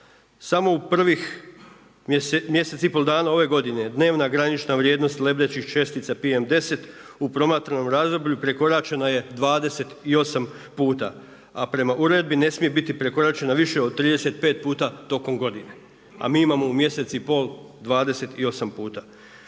Samo u prvih mjesec i pol dana ove godine dnevna granična vrijednost lebdećih čestica PM10 u promatranom razdoblju prekoračena je 28 puta a prema uredbi ne smije biti prekoračena više od 35 puta tokom godine a mi imamo u mjesec i pol 28 puta.